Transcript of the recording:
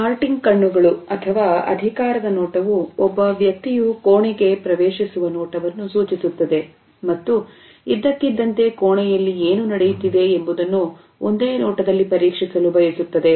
Darting ಕಣ್ಣುಗಳು ಅಥವಾ ಅಧಿಕಾರದ ನೋಟವು ಒಬ್ಬ ವ್ಯಕ್ತಿಯು ಕೋಣೆಗೆ ಪ್ರವೇಶಿಸುವ ನೋಟವನ್ನು ಸೂಚಿಸುತ್ತದೆ ಮತ್ತು ಇದ್ದಕ್ಕಿದ್ದಂತೆ ಕೋಣೆಯಲ್ಲಿ ಏನು ನಡೆಯುತ್ತಿದೆ ಎಂಬುದನ್ನು ಒಂದೇ ನೋಟದಲ್ಲಿ ಪರೀಕ್ಷಿಸಲು ಬಯಸುತ್ತದೆ